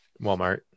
Walmart